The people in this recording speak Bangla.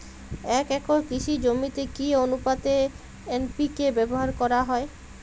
এক একর কৃষি জমিতে কি আনুপাতে এন.পি.কে ব্যবহার করা হয়?